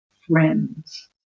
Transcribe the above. friends